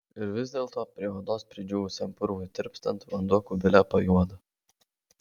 ir vis dėlto prie odos pridžiūvusiam purvui tirpstant vanduo kubile pajuodo